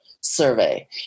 survey